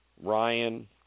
Ryan